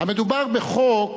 מדובר בחוק,